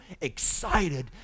excited